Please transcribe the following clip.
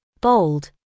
bold